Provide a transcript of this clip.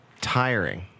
Tiring